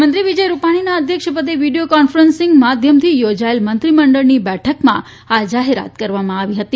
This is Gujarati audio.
મુખ્યમંત્રી વિજય રૂપાણીના અધ્યક્ષપદે વીડિયો કોન્ફરન્સ માધ્યમથી યોજાયેલી મંત્રીમંડળની બેઠકમાં આ જાહેરાત કરવામાં આવી હતી